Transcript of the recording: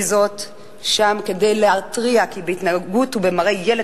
היא שם כדי להתריע כי מהתנהגות וממראה של ילד